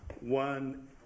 One